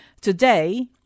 Today